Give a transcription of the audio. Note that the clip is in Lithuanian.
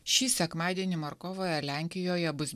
šį sekmadienį markovoje lenkijoje bus